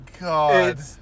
God